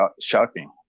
shocking